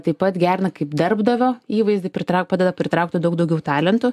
taip pat gerina kaip darbdavio įvaizdį pritra padeda pritraukti daug daugiau talentų